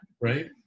Right